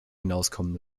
hinauskommen